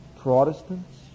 Protestants